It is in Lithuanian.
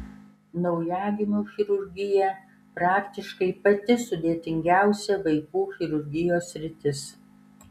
naujagimių chirurgija praktiškai pati sudėtingiausia vaikų chirurgijos sritis